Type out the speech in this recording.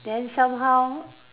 then somehow